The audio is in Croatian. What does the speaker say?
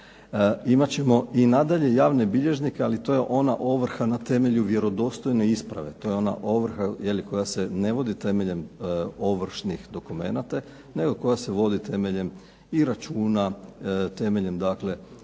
Imat ćemo i nadalje javne bilježnike, ali to je ona ovrha na temelju vjerodostojne isprave, to je ona ovrha koja se ne vodi temeljem ovršnih dokumenata nego koja se vodi temeljem i računa, temeljem dakle